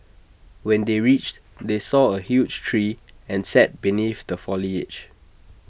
when they reached they saw A huge tree and sat beneath the foliage